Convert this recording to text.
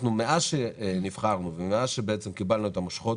מאז שנבחרנו וקיבלנו את המושכות,